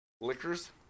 liquors